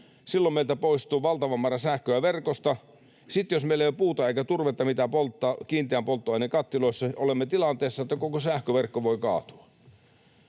silloin meiltä poistuu valtava määrä sähköä verkosta. Sitten jos meillä ei ole puuta eikä turvetta, mitä polttaa kiinteän polttoaineen kattiloissa, olemme tilanteessa, että koko sähköverkko voi kaatua.